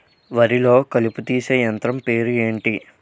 వరి లొ కలుపు తీసే యంత్రం పేరు ఎంటి?